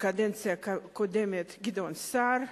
בקדנציה הקודמת, גדעון סער,